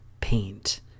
paint